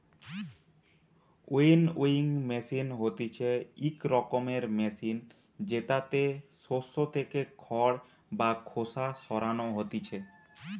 winnowing machine হতিছে ইক রকমের মেশিন জেতাতে শস্য থেকে খড় বা খোসা সরানো হতিছে